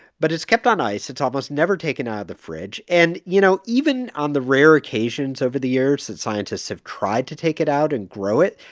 but it's kept on ice. it's almost never taken out of the fridge. and, you know, even on the rare occasions over the years that scientists have tried to take it out and grow it,